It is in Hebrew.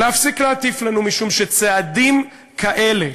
להפסיק להטיף לנו, משום שצעדים כאלה,